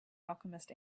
alchemist